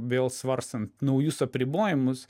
vėl svarstant naujus apribojimus